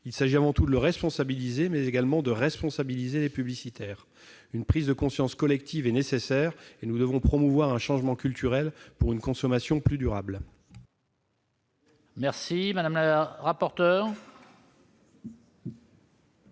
Il s'agit non seulement de le responsabiliser, mais également de responsabiliser les publicitaires. Une prise de conscience collective est nécessaire. Nous devons promouvoir un changement culturel pour une consommation plus durable. Quel est l'avis de